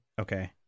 Okay